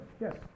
yes